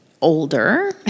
older